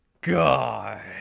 God